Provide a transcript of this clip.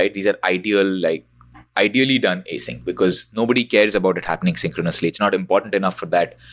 these are ideally like ideally done async, because nobody cares about it happening synchronously. it's not important enough for that,